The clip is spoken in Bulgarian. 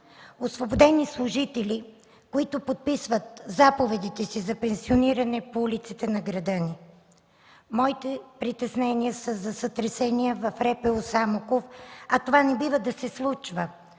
Освободени служители, които подписват заповедите си за пенсиониране по улиците на града ни. Моите притеснения са за сътресения в РПУ – Самоков, а това не бива да се случва,